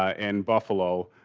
and buffalo.